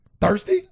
Thirsty